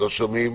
שלום.